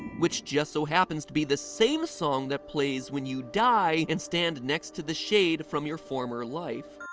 which just so happens to be the same song that plays when you die and stand next to the shade from your former life